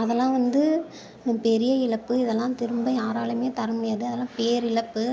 அதெல்லாம் வந்து பெரிய இழப்பு இதெல்லாம் திரும்ப யாராலையுமே தர முடியாது அதெல்லாம் பேரிழப்பு